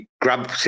grab